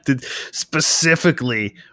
Specifically